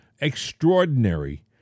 extraordinary